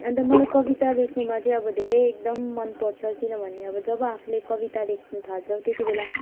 अन्त मलाई कविता लेख्नुमा चाहिँ धेरै एकदम मनपर्छ किनभने अब जब आफूले कविता लेख्नु थाल्छौँ त्यतिबेला